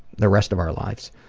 the rest of our lives.